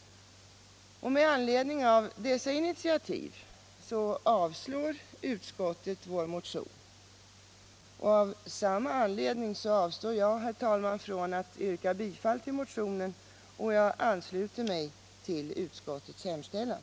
Med anledning av dessa initiativ avstyrker utskottet vår motion. Av samma anledning avstår jag, herr talman, från att yrka bifall till motionen och ansluter mig till utskottets hemställan.